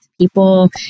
people